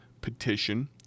petition